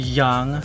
young